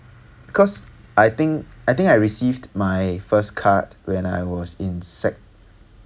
because I think I think I received my first card when I was in sec